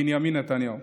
בנימין נתניהו,